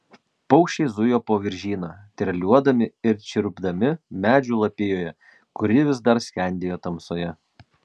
paukščiai zujo po viržyną treliuodami ir čirpdami medžių lapijoje kuri vis dar skendėjo tamsoje